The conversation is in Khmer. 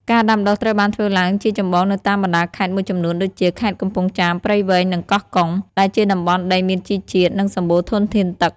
ការដាំដុះត្រូវបានធ្វើឡើងជាចម្បងនៅតាមបណ្តាខេត្តមួយចំនួនដូចជា ខេត្តកំពង់ចាម ព្រៃវែង និងកោះកុង ដែលជាតំបន់ដីមានជីជាតិ និងសម្បូរធនធានទឹក។